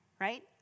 Right